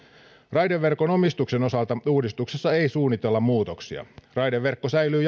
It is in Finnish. raideverkon omistuksen osalta uudistuksessa ei suunnitella muutoksia raideverkko säilyy